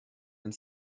and